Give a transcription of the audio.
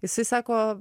jisai sako